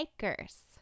hikers